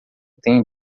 têm